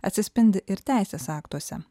atsispindi ir teisės aktuose